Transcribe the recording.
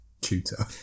tutor